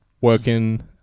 working